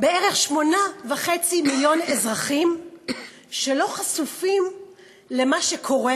בערך 8.5 מיליון אזרחים שאינם חשופים למה שקורה